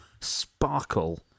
sparkle